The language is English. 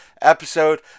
episode